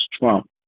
Trump